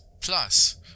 plus